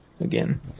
again